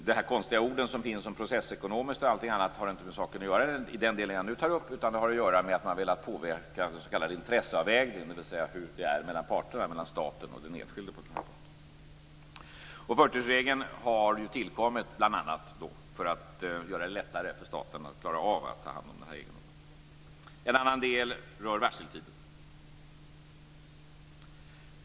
De här konstiga orden om "processekonomiskt" och annat har inte med saken att göra i den del jag nu tar upp, utan det har att göra med att man velat påverka den s.k. intresseavvägningen, dvs. hur det är mellan parterna, staten och den enskilde. 40-årsregeln har tillkommit bl.a. för att göra det lättare för staten att klara av att ta hand om den här egendomen. En annan del gäller varseltiden.